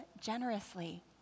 generously